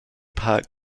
park